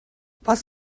was